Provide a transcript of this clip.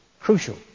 Crucial